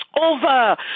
over